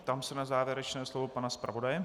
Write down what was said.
Ptám se na závěrečné slovo pana zpravodaje.